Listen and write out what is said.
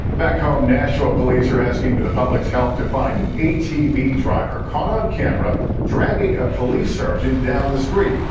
back home, nashville police are asking for the public's help to find an atv driver caught on camera dragging a police sergeant down the street.